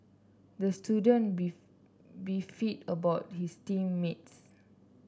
the student beef beefed about his team mates